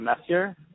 messier